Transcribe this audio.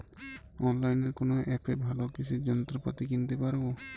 অনলাইনের কোন অ্যাপে ভালো কৃষির যন্ত্রপাতি কিনতে পারবো?